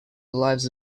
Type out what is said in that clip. lives